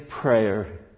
prayer